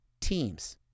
teams